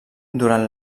durant